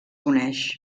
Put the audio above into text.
coneix